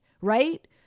right